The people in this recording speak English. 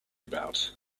about